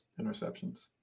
interceptions